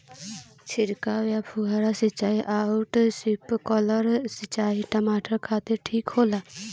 छिड़काव या फुहारा सिंचाई आउर स्प्रिंकलर सिंचाई टमाटर खातिर ठीक होला?